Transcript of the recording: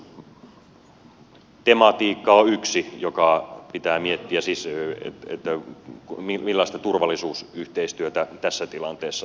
turvallisuustematiikka on yksi joka pitää miettiä siis että millaista turvallisuusyhteistyötä tässä tilanteessa tehdään